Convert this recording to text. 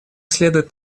следует